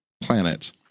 planet